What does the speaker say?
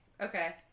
Okay